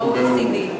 דירוג בין-לאומי.